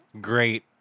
great